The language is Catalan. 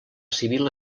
civil